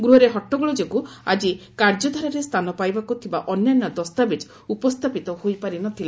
ଗୃହରେ ହଟ୍ଟଗୋଳ ଯୋଗୁଁ ଆଜି କାର୍ଯ୍ୟଧାରାରେ ସ୍ଥାନ ପାଇବାକୁ ଥିବା ଅନ୍ୟାନ୍ୟ ଦସ୍ତାବିଜ୍ ଉପସ୍ଥାପିତ ହୋଇପାରିନଥିଲା